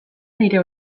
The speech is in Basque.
nire